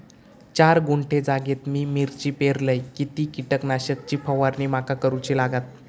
चार गुंठे जागेत मी मिरची पेरलय किती कीटक नाशक ची फवारणी माका करूची लागात?